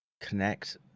connect